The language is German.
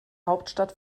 hauptstadt